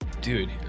Dude